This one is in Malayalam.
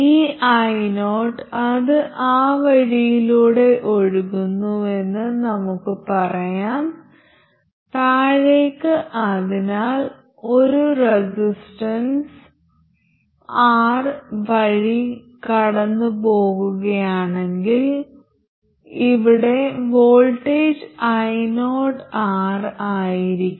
ഈ io അത് ആ വഴിയിലൂടെ ഒഴുകുന്നുവെന്ന് നമുക്ക് പറയാം താഴേക്ക് അതിനാൽ ഒരു റെസിസ്റ്റർ R വഴി കടന്നുപോകുകയാണെങ്കിൽ ഇവിടെ വോൾട്ടേജ് ioR ആയിരിക്കും